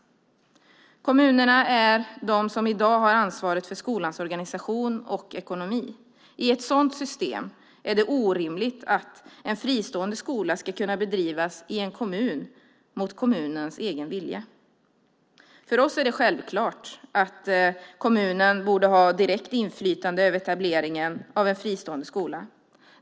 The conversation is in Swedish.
Kommunerna är de som i dag har ansvaret för skolans organisation och ekonomi. I ett sådant system är det orimligt att en fristående skola ska kunna bedrivas i en kommun mot kommunens egen vilja. För oss är det självklart att kommunen borde ha direkt inflytande över etableringen av en fristående skola.